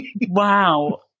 Wow